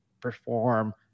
perform